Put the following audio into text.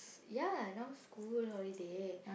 ya now school holiday